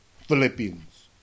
Philippians